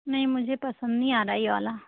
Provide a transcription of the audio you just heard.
नही मुझे पसंद नहीं आ रहा ये वाला